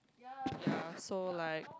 ya so like